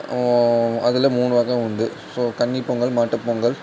அதில் மூணு வகை உண்டு ஸோ கன்னிப் பொங்கல் மாட்டுப் பொங்கல்